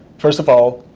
first of all,